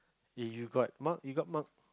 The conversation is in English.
if you got mark you got mark